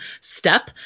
step